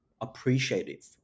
appreciative